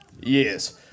Yes